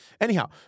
Anyhow